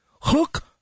Hook